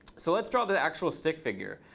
so let's draw the actual stick figure.